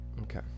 Okay